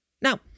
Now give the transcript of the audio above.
Now